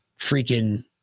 freaking